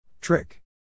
Trick